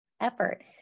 effort